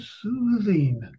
soothing